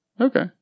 Okay